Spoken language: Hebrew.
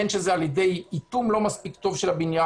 בין אם זה בגלל איטום לא מספיק טוב של הבניין,